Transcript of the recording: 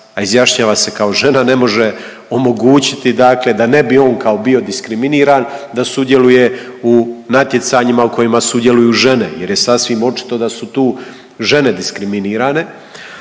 a izjašnjava se kao žena ne može omogućiti dakle da ne bi on kao bio diskriminiran, da sudjeluje u natjecanjima u kojima sudjeluju žene jer je sasvim očito da su tu žene diskriminirane,